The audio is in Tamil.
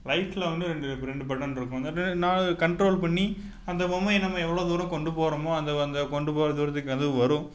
ரைட்டில் வந்து ரெண்டு ரெண்டு பட்டன் இருக்கும் நான் கண்ட்ரோல் பண்ணி அந்த பொம்மையை நம்ம எவ்வளோ தூரம் கொண்டு போகிறோமோ அந்த அந்த கொண்டு போகிற தூரத்துக்கு அதுவும் வரும்